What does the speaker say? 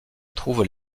trouvent